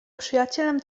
przyjacielem